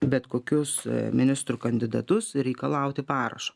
bet kokius ministrų kandidatus ir reikalauti parašo